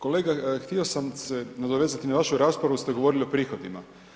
Kolega htio sam se nadovezati na vašu raspravu, ste govorili o prihodima.